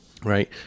Right